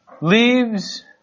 Leaves